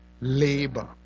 labor